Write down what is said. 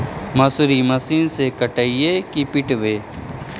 मसुरी मशिन से कटइयै कि पिटबै?